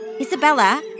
Isabella